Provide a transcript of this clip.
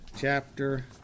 chapter